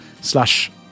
slash